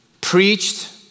preached